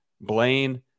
Blaine